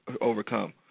overcome